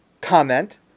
comment